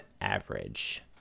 average